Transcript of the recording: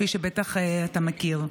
כפי שבטח אתה מכיר.